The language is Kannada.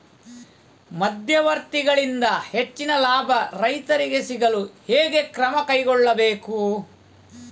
ಮಧ್ಯವರ್ತಿಗಳಿಂದ ಹೆಚ್ಚಿನ ಲಾಭ ರೈತರಿಗೆ ಸಿಗಲು ಹೇಗೆ ಕ್ರಮ ಕೈಗೊಳ್ಳಬೇಕು?